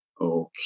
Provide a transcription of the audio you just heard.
okay